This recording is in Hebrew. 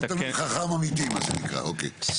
עובד פה תלמיד חכם אמיתי מה שנקרא, אוקיי.